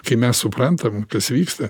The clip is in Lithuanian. kai mes suprantam kas vyksta